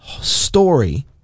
story